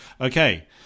Okay